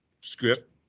script